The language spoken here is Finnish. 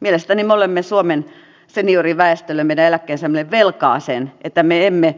mielestäni me olemme suomen senioriväestölle meidän eläkkeensaajillemme velkaa sen että me emme